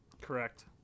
correct